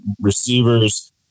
receivers